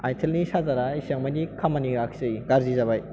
Itel नि सार्जार आ एसेबां माने खामानि होवाखैसै गाज्रि जाबाय